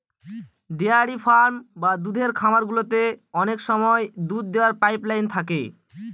dairy farm বা দুধের খামার গুলোতে অনেক সময় দুধ দোওয়ার পাইপ লাইন থাকে